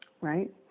Right